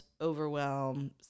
overwhelm